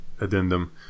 addendum